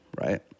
right